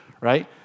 right